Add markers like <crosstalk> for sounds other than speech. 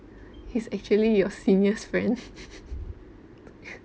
he's actually your senior's friend <laughs>